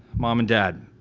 mom and dad,